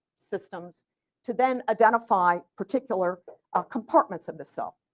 systems to then identify particular ah compartments of the cell.